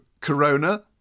Corona